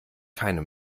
keine